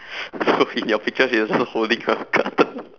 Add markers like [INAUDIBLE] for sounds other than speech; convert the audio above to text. [BREATH] so in your picture she iss also holding a cutter